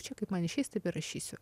čia kaip man išeis taip ir parašysiu